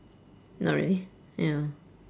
not really ya